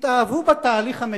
התאהבו בתהליך המדיני.